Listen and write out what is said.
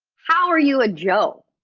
how are you a jo?